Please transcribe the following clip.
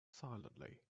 silently